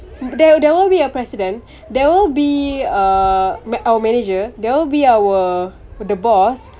there there will be a president there will be uh our manager there will be our the boss